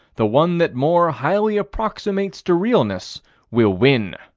the one that more highly approximates to realness will win.